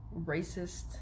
racist